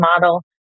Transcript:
model